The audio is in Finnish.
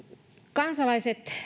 kansalaiset